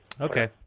Okay